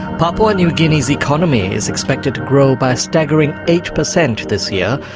papua new guinea's economy is expected to grow by a staggering eight per cent this year.